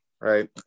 right